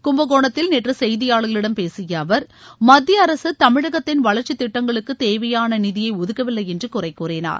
குப்பகோணத்தில் நேற்று செய்தியாளர்களிடம் பேசிய அவர் மத்திய அரசு தமிழகத்தின் வளர்ச்சி திட்டங்களுக்குத் தேவையான நிதியை ஒதுக்கவில்லை என்று குறை கூறினார்